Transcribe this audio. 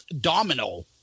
Domino